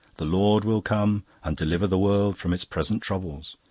the lord will come and deliver the world from its present troubles.